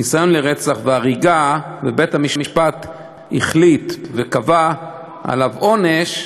ניסיון לרצח והריגה, ובית-המשפט החליט וקבע עונש,